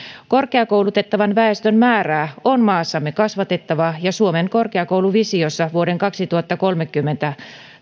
korkeakoulutettavan väestön määrää on maassamme kasvatettava ja suomen korkeakouluvisiossa vuoden kaksituhattakolmekymmentä